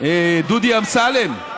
דודי אמסלם,